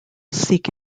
seek